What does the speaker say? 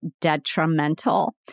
detrimental